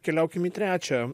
keliaukim į trečią